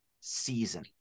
season